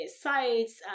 sites